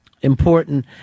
important